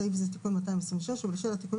התשפ"ב 2021 (בסעיף זה תיקון 226) ובשל התיקונים